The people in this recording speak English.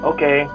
Okay